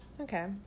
Okay